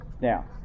Now